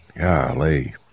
Golly